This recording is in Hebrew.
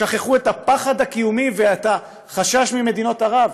שכחו את הפחד הקיומי ואת החשש ממדינות ערב,